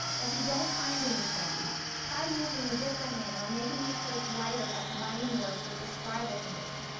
if you don't find any studies, try using a different name or making your search wider by combining words that describe the condition,